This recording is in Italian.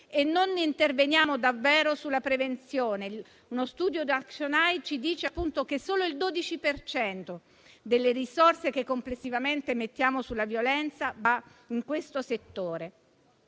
intervengono su questo e non sulla prevenzione. Uno studio di Action Aid ci dice che solo il 12 per cento delle risorse che complessivamente mettiamo sulla violenza va in questo settore.